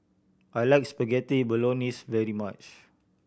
I like Spaghetti Bolognese very much